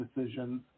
decisions